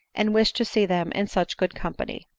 and wished to see them in such good company!